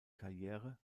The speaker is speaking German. karriere